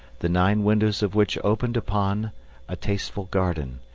the nine windows of which open upon a tasteful garden,